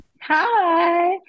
Hi